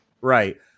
Right